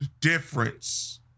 difference